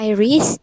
Iris